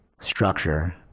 structure